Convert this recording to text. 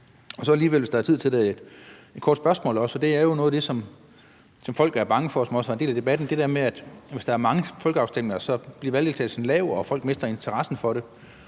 da der alligevel er tid til det. Og det drejer sig om noget af det, som folk er bange for, og som også var en del af debatten, nemlig det der med, at hvis der er mange folkeafstemninger, bliver valgdeltagelsen lav og folk mister interessen for det.